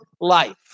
life